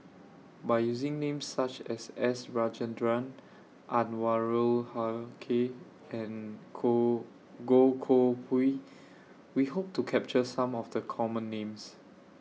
By using Names such as S Rajendran Anwarul Haque and KohnGoh Koh Pui We Hope to capture Some of The Common Names